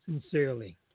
sincerely